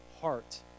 heart